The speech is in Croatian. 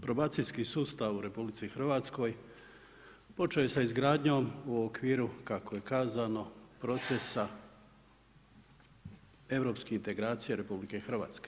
Probacijski sustav u RH počeo je sa izgradnjom u okviru kako je kazano, procesa europske integracije RH.